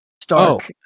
Stark